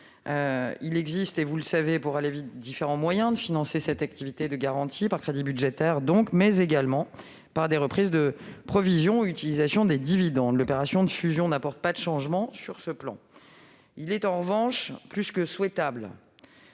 pour 2021. Vous le savez, il existe différents moyens de financer cette activité de garantie. Il peut s'agir de crédits budgétaires, mais également de reprises de provisions ou d'utilisation des dividendes. L'opération de fusion n'apporte pas de changement sur ce plan. Il est en revanche plus que souhaitable